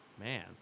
Man